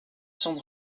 sont